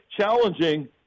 challenging